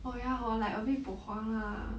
oh ya hor like a bit bo hua lah